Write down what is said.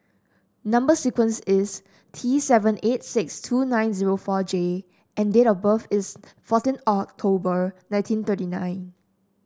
number sequence is T seven eight six two nine zero four J and date of birth is fourteen October nineteen thirty nine